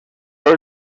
dos